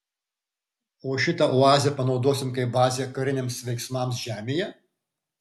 o šitą oazę panaudosi kaip bazę kariniams veiksmams žemėje